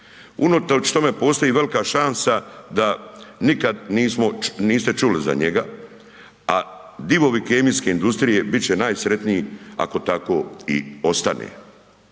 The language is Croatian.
Unatoč tome postoji velika šansa da nikad nismo, niste čuli za njega, a divovi kemijske industrije bit će najsretniji ako tako i ostane.